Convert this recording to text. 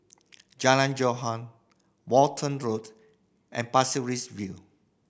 Jalan Walton Road and Pasir Ris View